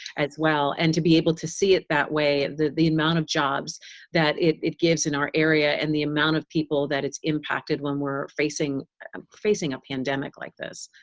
as well, and to be able to see it that way, the the amount of jobs that it gives in our area, and the amount of people that it's impacted, when we're facing um facing a pandemic like this.